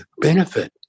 benefit